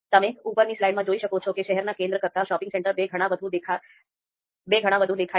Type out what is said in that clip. તમે ઉપરની સ્લાઇડમાં જોઈ શકો છો કે શહેરના કેન્દ્ર કરતાં શોપિંગ સેન્ટર બે ગણા વધુ દેખાય છે